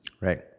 Right